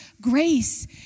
grace